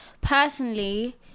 Personally